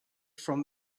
from